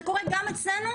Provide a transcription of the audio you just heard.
זה קורה גם אצלנו,